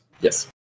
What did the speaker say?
Yes